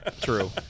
true